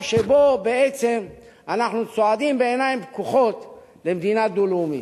שבו בעצם אנחנו צועדים בעיניים פקוחות למדינה דו-לאומית.